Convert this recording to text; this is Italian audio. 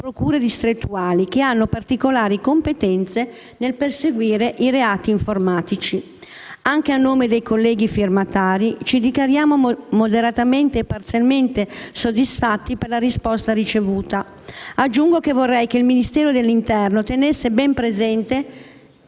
procure distrettuali che hanno particolari competenze nel perseguire i reati informatici. Anche a nome degli altri colleghi firmatari, mi dichiaro moderatamente e parzialmente soddisfatta per la risposta ricevuta. Aggiungo che vorrei che il Ministero dell'interno tenesse ben presente